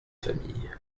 famille